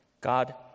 God